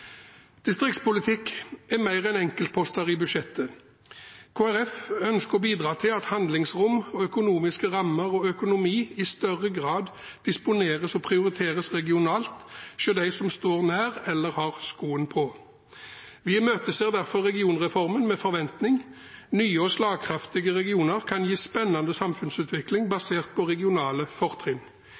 Distriktspolitikk er mer enn enkeltposter i budsjettet. Kristelig Folkeparti ønsker å bidra til at handlingsrom, økonomiske rammer og økonomi i større grad disponeres og prioriteres regionalt av dem som står nær, eller har skoen på. Vi imøteser derfor regionreformen med forventning. Nye og slagkraftige regioner kan gi spennende samfunnsutvikling basert på regionale fortrinn.